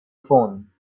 phone